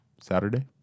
Saturday